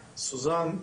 סוזן,